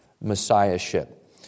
messiahship